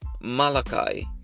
Malachi